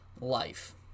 life